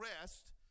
rest